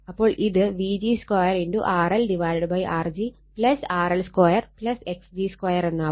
അപ്പോൾ ഇത് Vg 2 RLR g RL 2 x g 2 എന്നാവും